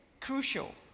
crucial